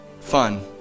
fun